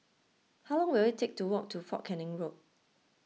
how long will it take to walk to fort Canning Road